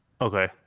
Okay